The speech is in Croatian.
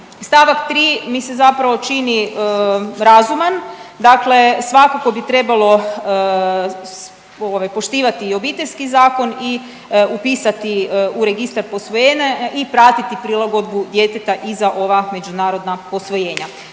st. 3. mi se zapravo čini razuman, dakle svakako bi trebalo ovaj poštivati i Obiteljski zakon i upisati u registar posvojenja i pratiti prilagodbu djeteta i za ova međunarodna posvojenja.